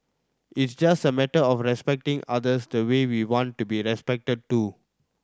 it's just a matter of respecting others the way we want to be respected too